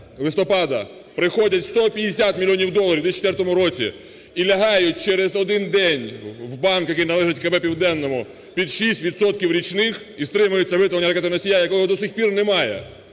листопада приходять 150 мільйонів доларів в 2004 році і лягають через один день в банк, який належить КБ "Південному" під 6 відсотків річних і стримується виготовлення ракетоносія, якого до цих пір немає.